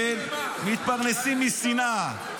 מתפרנסים ממה --- מתפרנסים משנאה.